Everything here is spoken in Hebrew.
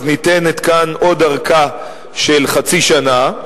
ניתנת כאן עוד ארכה של חצי שנה,